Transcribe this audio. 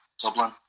Dublin